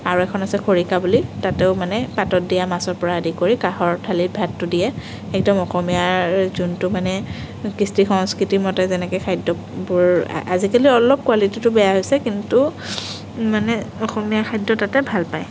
আৰু এখন আছে খৰিকা বুলি তাতেও মানে পাতত দিয়া মাছৰ পৰা আদি কৰি কাঁহৰ থালিত ভাতটো দিয়ে একদম অসমীয়াৰ যোনটো মানে কৃষ্টি সংস্কৃতি মতে যেনেকৈ খাদ্যবোৰ আজিকালি অলপ কুৱালিটীটো বেয়া হৈছে কিন্তু মানে অসমীয়া খাদ্য তাতে ভাল পায়